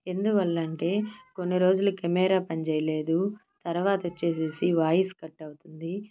ఎందువల్ల అంటే కొన్ని రోజులకు కెమెరా పని చేయలేదు తర్వాత వచ్చేసేసి వాయిస్ కట్ అవుతుంది